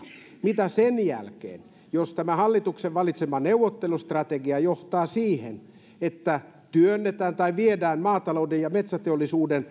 mitä sen jälkeen jos tämä hallituksen valitsema neuvottelustrategia johtaa siihen että työnnetään tai viedään maatalous ja metsäteollisuus